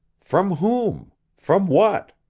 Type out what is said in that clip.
from whom? from what?